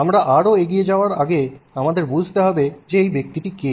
আমরা আরও এগিয়ে যাওয়ার আগে আমাদের বুঝতে হবে যে এই ব্যক্তিটি কে